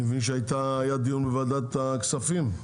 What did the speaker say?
אני מבין שהיה דיון בוועדת הכספים.